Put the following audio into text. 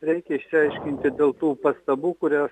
reikia išsiaiškinti dėl tų pastabų kurios